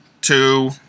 two